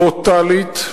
ברוטלית,